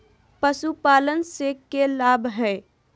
पशुपालन से के लाभ हय?